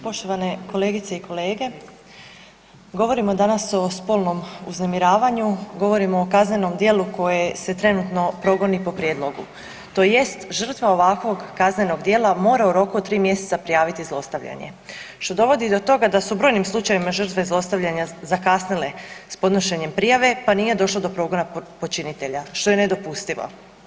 Poštovane kolegice i kolege, govorimo danas o spolnom uznemiravanju, govorimo o kaznenom djelu koje se trenutno progoni po prijedlogu tj. žrtvama ovakvog kaznenog djela mora u roku od 3 mj. prijaviti zlostavljanje što dovodi do toga da su u brojnim slučajevima žrtve zlostavljanja zakasnile s podnošenjem prijave pa nije došlo do progona počinitelja, što je nedopustivo.